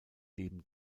leben